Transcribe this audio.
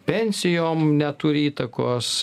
pensijom neturi įtakos